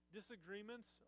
Disagreements